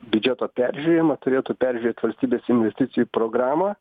biudžeto peržiūrėjimą turėtų peržiūrėt valstybės investicijų programą